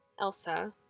Elsa